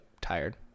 tired